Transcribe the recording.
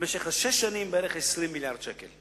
במשך שש השנים, בערך 20 מיליארד שקל.